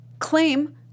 claim